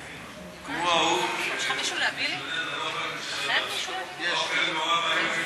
כמו ההוא שהתלונן על אוכל במסעדה: האוכל נורא ואיום,